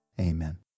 Amen